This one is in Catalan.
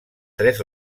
tres